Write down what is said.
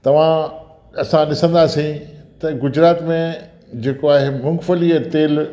तव्हां असां ॾिसंदासीं त गुजरात में जेको आहे मूंगफली जो तेल